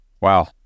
Wow